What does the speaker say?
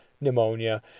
pneumonia